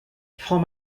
franc